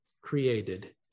created